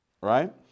Right